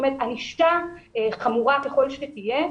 זאת אומרת, ענישה חמורה ככל שתהיה,